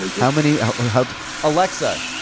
ah how many. how. alexa?